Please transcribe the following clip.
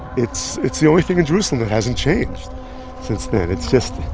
it's, it's the only thing in jerusalem hasn't changed since then. it's just,